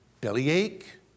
bellyache